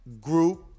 group